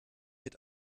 mit